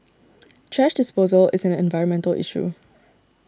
thrash disposal is an environmental issue